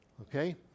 Okay